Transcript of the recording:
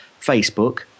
Facebook